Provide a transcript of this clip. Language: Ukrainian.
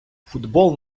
футбол